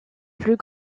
plus